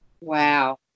Wow